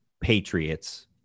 Patriots